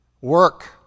Work